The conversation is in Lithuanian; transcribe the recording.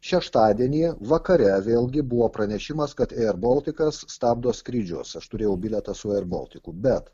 šeštadienį vakare vėlgi buvo pranešimas kad ėr boltikas stabdo skrydžius aš turėjau bilietą su ėr boltiku bet